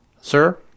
sir